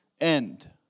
end